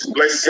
Bless